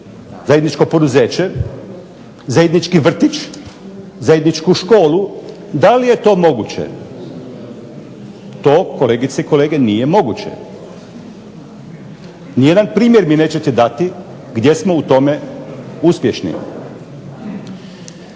zajedničko poduzeće, zajednički vrtić, zajedničku školu, da li je to moguće? To kolegice i kolege nije moguće. Nijedan primjer nećete mi dati gdje smo u tome uspješni.